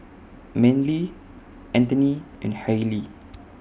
Manly Anthoney and Hailie